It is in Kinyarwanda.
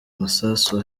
masasu